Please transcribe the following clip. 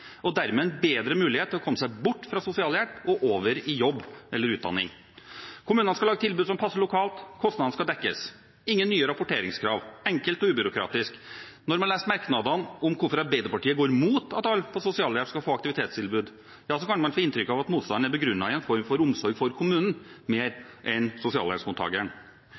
og dermed en bedre mulighet til å komme seg bort fra sosialhjelp og over i jobb eller utdanning. Kommunene skal lage tilbud som passer lokalt, og kostnadene skal dekkes – ingen nye rapporteringskrav, enkelt og ubyråkratisk. Når man leser merknadene om hvorfor Arbeiderpartiet går imot at alle på sosialhjelp skal få aktivitetstilbud, ja, så kan man få inntrykk av at motstanden er begrunnet i en form for omsorg for kommunen mer enn for sosialhjelpsmottakeren.